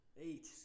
Eight